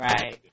Right